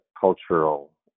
cultural